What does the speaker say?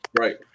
Right